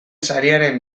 sarien